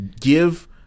give